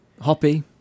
Hoppy